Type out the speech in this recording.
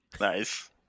Nice